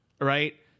right